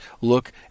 look